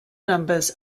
numbers